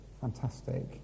fantastic